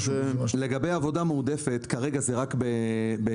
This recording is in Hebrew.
לגבי עבודה מועדפת כרגע זה רק בתעשייה,